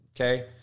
Okay